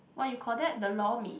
what you call that the Lor-Mee